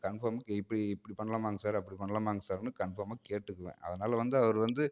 கன்ஃபார்முக்கு இப்படி இப்படி பண்ணலாமாங்க சார் அப்டி பண்ணலாமாங்க சார்னு கன்ஃபார்மாக கேட்டுக்குவேன் அதனால வந்து அவர் வந்து